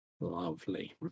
lovely